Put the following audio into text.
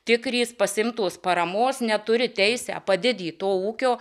tikrys pasiimt tos paramos neturi teisę padidint to ūkio